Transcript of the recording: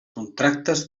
contractes